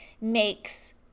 makes